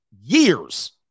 years